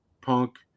punk